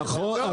נכון.